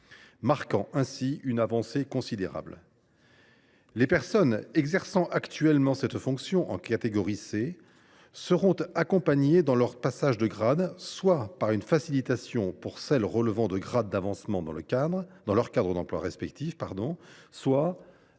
marquant ainsi une avancée considérable. Les personnes exerçant actuellement cette fonction en catégorie C seront accompagnées dans leur passage de grade, soit par une facilitation pour celles qui relèvent des grades d’avancement dans leur cadre d’emploi respectif, soit par la validation d’un examen. Il est également souligné dans le texte qu’il ne devrait